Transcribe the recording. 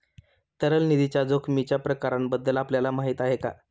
तरल निधीच्या जोखमीच्या प्रकारांबद्दल आपल्याला माहिती आहे का?